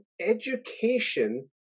education